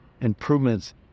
improvements